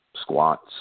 squats